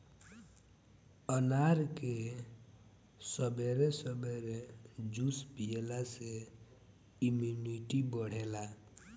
अनार के सबेरे सबेरे जूस पियला से इमुनिटी बढ़ेला